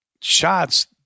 shots